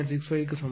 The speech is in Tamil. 65 க்கு சமம்